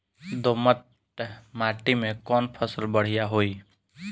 दोमट माटी में कौन फसल बढ़ीया होई?